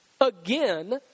again